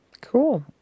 Cool